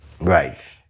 Right